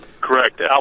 Correct